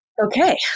Okay